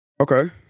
Okay